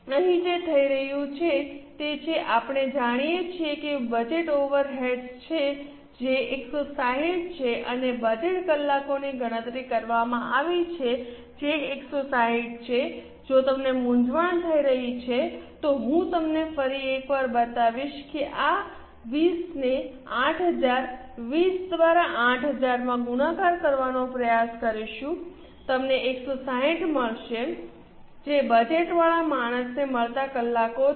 અહીં જે થઈ રહ્યું છે તે છે આપણે જાણીએ છીએ કે બજેટ ઓવરહેડ્સ જે 160 છે અને બજેટ કલાકોની ગણતરી કરવામાં આવી છે જે 160 છે જો તમને મૂંઝવણ થઈ રહી છે તો હું તમને ફરી એક વાર બતાવીશ કે આ 20 ને 8000 20 દ્વારા 8000 માં ગુણાકાર કરવાનો પ્રયાસ કરીશું તમને 160 મળશે તે બજેટવાળા માણસને મળતા કલાકો છે